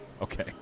Okay